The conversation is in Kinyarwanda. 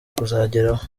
kuzageraho